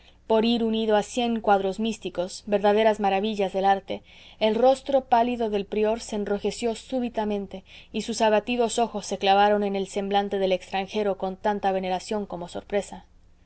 por ir unido a cien cuadros místicos verdaderas maravillas del arte el rostro pálido del prior se enrojeció súbitamente y sus abatidos ojos se clavaron en el semblante del extranjero con tanta veneración como sorpresa